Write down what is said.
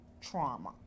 trauma